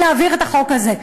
להעביר את החוק הזה.